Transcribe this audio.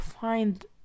find